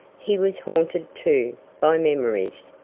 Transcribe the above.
he was haunted, too, by memories,